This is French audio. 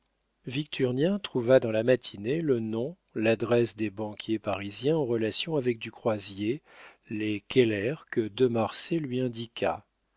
victurnien trouva dans la matinée le nom l'adresse des banquiers parisiens en relation avec du croisier les keller que de marsay lui indiqua